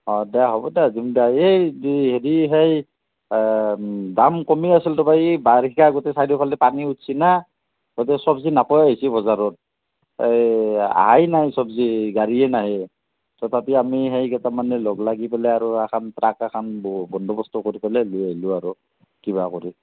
হ'ব দিয়া দিম দিয়া এই হেৰি এই দাম কমি আছিল তাৰ পৰা এই বাৰিষা গোটেই চাৰিওফালে পানী উঠছি না গতিকে চব্জি নাপাৱাই হৈছে বজাৰত এই আহাই নাই চব্জিৰ গাড়ীয়ে নাহে তথাপি আমি কেইটামানে লগ লাগি পেলাই আৰু ট্ৰাক এখান বন্দবস্ত কৰি লৈ আহিলোঁ আৰু কিবা কৰি